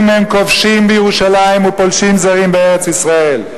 הם כובשים בירושלים ופולשים זרים בארץ-ישראל.